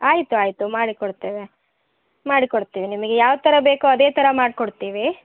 ಆಯಿತು ಆಯಿತು ಮಾಡಿ ಕೊಡ್ತೇವೆ ಮಾಡಿ ಕೊಡ್ತೇವೆ ನಿಮಗೆ ಯಾವ ಥರ ಬೇಕೊ ಅದೆ ಥರ ಮಾಡಿ ಕೊಡ್ತೀವಿ